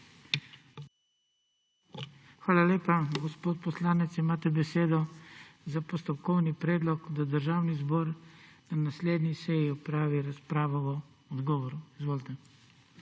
Hvala lepa. Gospod poslanec, imate besedo za postopkovni predlog, da Državni zbor na naslednji seji opravi razpravo o odgovori. Izvolite.